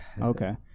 Okay